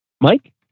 Mike